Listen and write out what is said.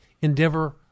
endeavor